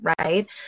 Right